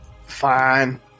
Fine